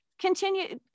Continue